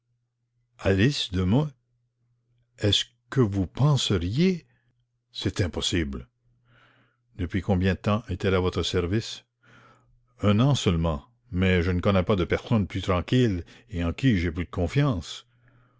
est-ce que vous penseriez c'est impossible depuis combien de temps est-elle à votre service un an seulement mais je ne connais pas de personne plus tranquille et en qui j'aie plus de confiance